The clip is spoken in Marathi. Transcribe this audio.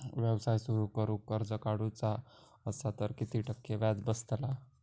व्यवसाय सुरु करूक कर्ज काढूचा असा तर किती टक्के व्याज बसतला?